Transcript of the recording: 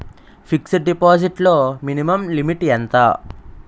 Fixed deposit లో minimum limit ఎంత?